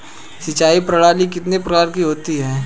सिंचाई प्रणाली कितने प्रकार की होती हैं?